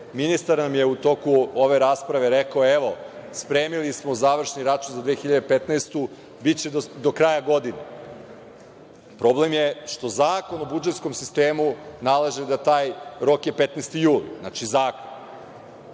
nam je u toku ove rasprave rekao – evo, spremili smo završni račun za 2015. godinu biće do kraja godine. Problem je što Zakon o budžetskom sistemu nalaže da je taj rok 15. jun. Znači, zakon.